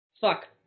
Fuck